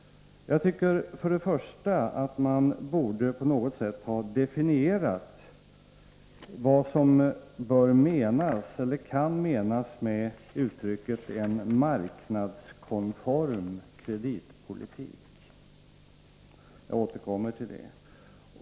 Jag tycker, för det första, att man på något sätt borde ha definierat vad som menas med uttrycket ”en marknadskonform kreditpolitik”. Jag återkommer till det.